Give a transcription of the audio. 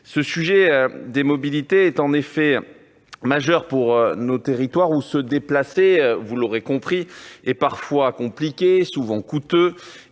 Le sujet des mobilités est en effet majeur pour nos territoires, où se déplacer est parfois compliqué, souvent coûteux,